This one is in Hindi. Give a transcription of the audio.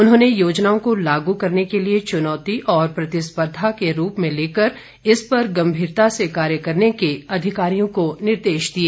उन्होंने योजनाओं को लागू करने के लिए चुनौती और प्रतिस्पर्धा के रूप में लेकर इस पर गम्भीरता से कार्य करने के अधिकारियों को निर्देश दिए